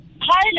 Hi